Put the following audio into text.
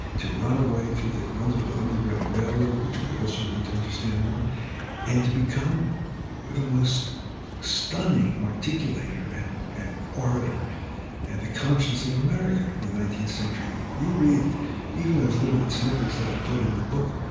to run away through the wonderful underground railroad which we also need to understand more and to become the most stunning articulator and and orator and the conscience of america in the nineteenth century. if you read even those little snippets that i put in the book,